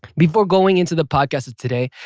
before going into the podcast today,